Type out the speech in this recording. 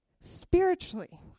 Spiritually